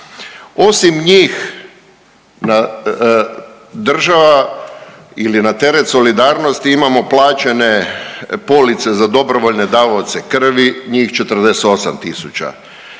Osim njih na, država ili na teret solidarnosti imamo plaćene police za dobrovoljne davaoce krvi njih 48.000,